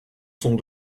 sont